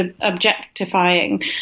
objectifying